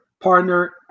partner